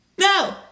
No